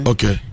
Okay